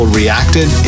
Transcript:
reacted